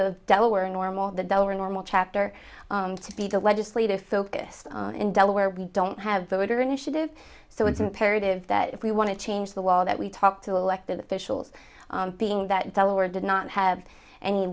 of delaware normal the dollar normal chapter to be the legislative focus in delaware we don't have voter initiative so it's imperative that if we want to change the wall that we talk to the elected officials being that delaware did not have any